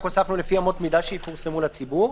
רק הוספנו לפי אמות מידה שיפורסמו לציבור.